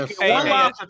Hey